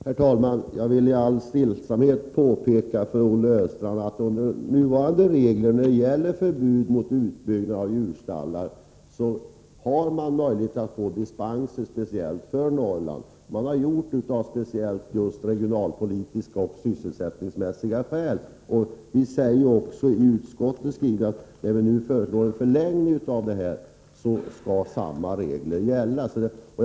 Herr talman! Jag vill helt stillsamt påpeka för Olle Östrand att det, med nuvarande regler för förbud mot utbyggnad av djurstallar, finns möjlighet att få dispens för Norrland. Denna bestämmelse har införts av regionalpolitiska och sysselsättningsmässiga skäl, och vi säger också i utskottets skrivning, när vi nu föreslår en förlängning av systemet, att samma regler skall gälla.